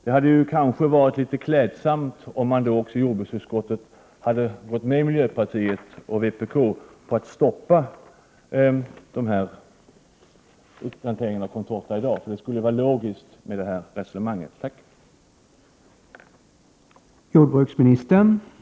Men nog hade det varit klädsamt om Anders Castberger hade samtyckt med oss i miljöpartiet och dem i vpk som i jordbruksutskottet ville stoppa utplanteringen av contortan. Det skulle ha varit logiskt, med tanke på Anders Castbergers resonemang här alldeles nyss.